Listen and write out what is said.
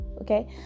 okay